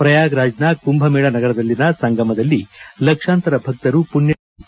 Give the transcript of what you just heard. ಪ್ರಯಾಗ್ರಾಜ್ನ ಕುಂಭಮೇಳ ನಗರದಲ್ಲಿನ ಸಂಗಮದಲ್ಲಿ ಲಕ್ಷಾಂತರ ಭಕ್ತರು ಪುಣ್ಣಸ್ನಾನ ಮಾಡಿದರು